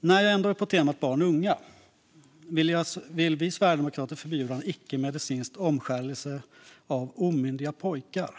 När jag ändå är inne på temat barn och unga vill vi sverigedemokrater förbjuda icke-medicinsk omskärelse av omyndiga pojkar.